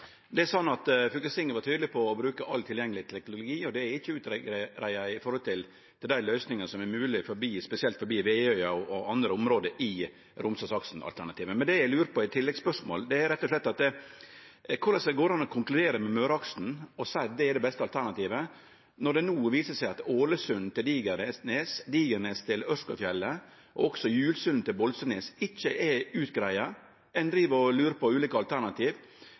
Fylkestinget var tydeleg på å bruke all tilgjengeleg teknologi, og det er ikkje utgreidd for dei løysingane som er mogelege, spesielt forbi Veøya og andre område i Romsdalsaksen-alternativet. Det eg lurer på i tilleggsspørsmålet, er rett og slett dette: Korleis går det an å konkludere med Møreaksen og seie at det er det beste alternativet, når det no viser seg at Ålesund–Digernes, Digernes–Ørskogfjellet og også Julsund–Bolsøynes ikkje er utgreidde? Ein driv no og lurer på ulike alternativ.